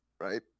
right